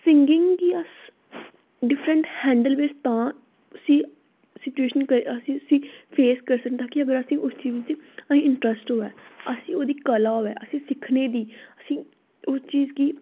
singing गी अस different handle बिच तां उसी उसी टयूशन अस उसी फेस करी सकदा कि अगर असें उसी इंटरस्ट होवे असें उसी कला होऐ उसी सिक्खने दी असें ओह् चीज